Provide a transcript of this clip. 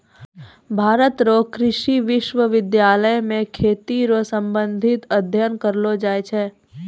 भारत रो कृषि विश्वबिद्यालय मे खेती रो संबंधित अध्ययन करलो जाय छै